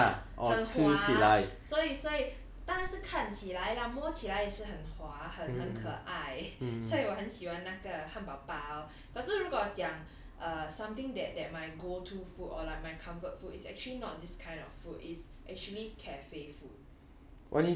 很滑很滑所以所以当然是看起来 lah 摸起来是很滑很很可爱所以我很喜欢那个汉堡包可是如果讲 err something that that my go to food or like my comfort food is actually not this kind of food is actually cafe food